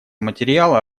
материала